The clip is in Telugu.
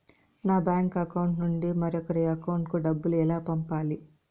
నా బ్యాంకు అకౌంట్ నుండి మరొకరి అకౌంట్ కు డబ్బులు ఎలా పంపాలి